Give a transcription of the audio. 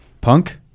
Punk